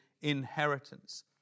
inheritance